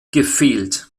gefehlt